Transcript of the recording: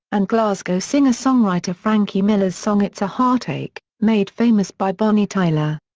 and glasgow singer songwriter frankie miller's song it's a heartache, made famous by bonnie tyler.